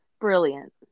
brilliant